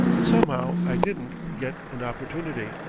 but somehow i didn't get an opportunity.